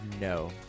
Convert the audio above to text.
no